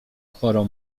chorą